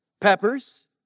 peppers